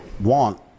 want